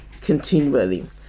continually